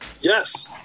Yes